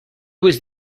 was